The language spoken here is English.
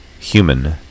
human